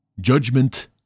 judgment